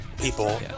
people